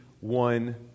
one